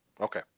Okay